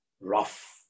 rough